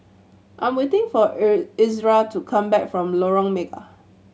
I'm waiting for Ezra to come back from Lorong Mega